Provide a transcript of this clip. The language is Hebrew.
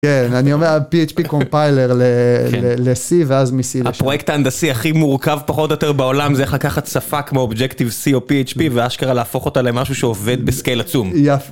כן, אני אומר php קומפיילר ל-C, ואז מ-C ל-שם. - הפרויקט ההנדסי הכי מורכב, פחות או יותר, בעולם, זה איך לקחת שפה כמו ObjectiveC או php ואשכרה להפוך אותה למשהו שעובד בסקייל עצום. - יפ...